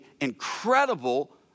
incredible